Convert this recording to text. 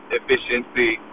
efficiency